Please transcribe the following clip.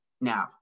Now